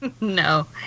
No